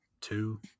two